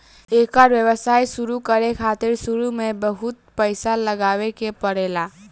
एकर व्यवसाय शुरु करे खातिर शुरू में बहुत पईसा लगावे के पड़ेला